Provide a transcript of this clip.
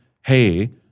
Hey